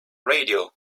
radio